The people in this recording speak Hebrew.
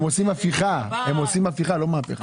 הם עושים הפיכה, לא מהפכה.